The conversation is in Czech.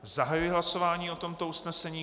Zahajuji hlasování o tomto usnesení.